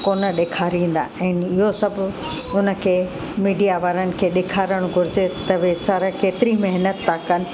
कोन ॾेखारींदा ऐं इहो सभु उन खे मीडिया वारनि खे ॾेखारणु घुरिजे त वीचारा केतिरी महिनत था कनि